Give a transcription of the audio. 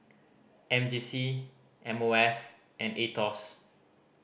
M J C M O F and Aetos